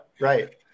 right